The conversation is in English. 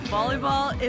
Volleyball